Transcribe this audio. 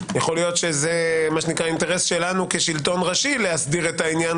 אולי זה אינטרס שלנו כשלטון ראשי להסדיר את העניין,